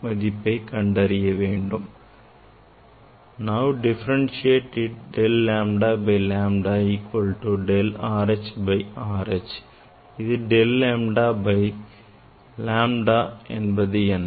K o now differentiate it del lambda by lambda equal to del R H by R H இதில் del lambda by lambda என்பது என்ன